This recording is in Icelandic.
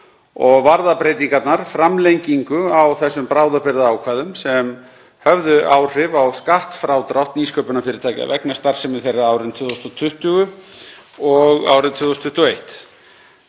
og varða breytingarnar framlengingu á bráðabirgðaákvæðum sem höfðu áhrif á skattfrádrátt nýsköpunarfyrirtækja vegna starfsemi þeirra árin 2020 og 2021.